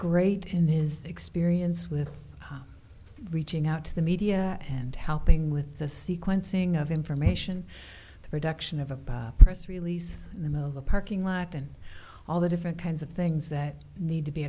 great in is experience with reaching out to the media and helping with the sequencing of information the production of a press release in the middle of the parking lot and all the different kinds of things that need to be